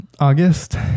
august